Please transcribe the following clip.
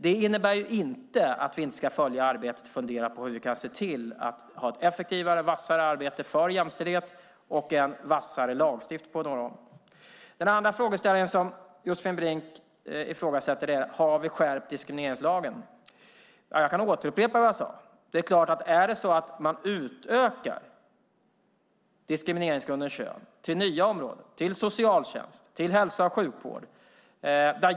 Det innebär inte att vi inte ska följa arbetet och fundera på hur vi kan se till att ha ett effektivare och vassare arbete för jämställdhet och en vassare lagstiftning. Det andra som Josefin Brink ifrågasätter är om vi har skärpt diskrimineringslagen. Jag kan upprepa vad jag sade. Man utökar diskrimineringsgrunden kön till nya områden: socialtjänst och hälso och sjukvård.